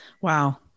Wow